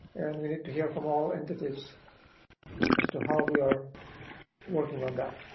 and we need to hear from all entities as to how we are working on that.